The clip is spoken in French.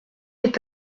est